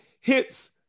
hits